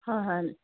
হয় হয়